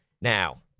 now